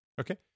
Okay